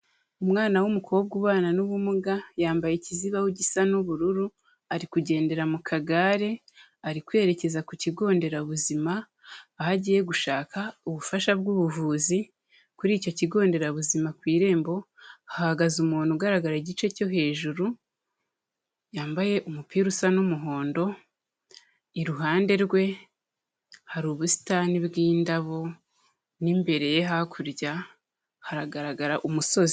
Umwana w'umukobwa ubana n'ubumuga yambaye ikizibaho gisa n'ubururu ari kugendera mu kagare ari kwerekeza ku kigo nderabuzima aho agiye gushaka ubufasha bwubuvuzi kuri icyo kigo nderabuzima ku irembo hagaze umuntu ugaragara igice cyo hejuru yambaye umupira usa n'umuhondo iruhande rwe hari ubusitani bwindabo n'imbere ye hakurya hagaragara umusozi.